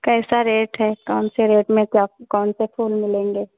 कैसा रेट है कौन से रेट में क्या कौन से फूल मिलेंगे